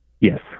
Yes